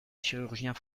chirurgiens